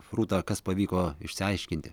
rūta kas pavyko išsiaiškinti